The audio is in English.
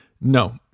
No